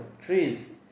trees